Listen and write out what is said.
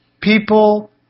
people